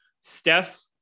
Steph